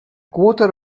quarter